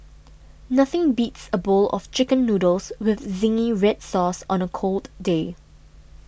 nothing beats a bowl of Chicken Noodles with Zingy Red Sauce on a cold day